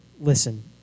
Listen